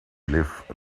live